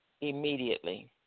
immediately